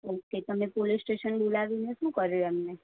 okay તમે police station બોલાવીને શું કર્યું એમને